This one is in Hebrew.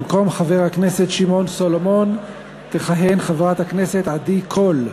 במקום חבר הכנסת שמעון סולומון תכהן חברת הכנסת עדי קול,